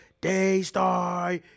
Daystar